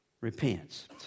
repents